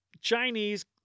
Chinese